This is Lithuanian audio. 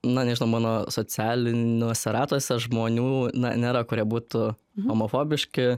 na nežinau mano socialiniuose ratuose žmonių na nėra kurie būtų homofobiški